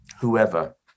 whoever